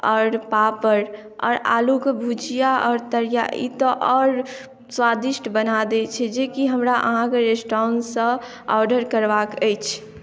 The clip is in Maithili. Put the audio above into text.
आओर पापड़ आओर आलुके भुजिया आओर तरुआ ई तऽ आओर स्वादिष्ट बना दै छै जेकि हमरा अहाँके रेस्टुरेन्ट सँ ऑर्डर करबाके अछि